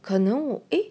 可能 eh